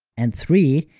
and three,